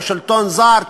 או שלטון זר,